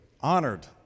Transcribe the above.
honored